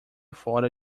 fora